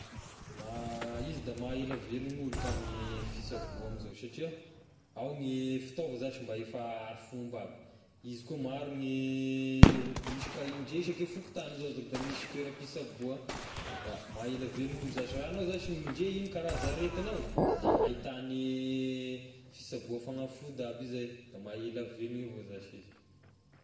Izy da maha ela velogn'olo ka ny fisaboa amizao satria ao ny fitaova zashy mba efa hari-fomba aby, izy koa maro gne o- misy ka indre isaky fokontagny zao da misy toera-pisaboa, da maha ela velon'olo zashy, raha agnao zashy mi ndre igno karaza aretignao da ahitany fisaboa fanafody aby izay, da maha ela velogna avao zashy izy.